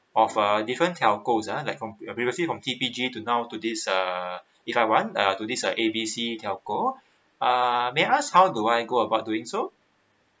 of a different telco ah like from previously from T P G to now to this uh if I want uh to this uh A B C telco uh may I ask how do I go about doing so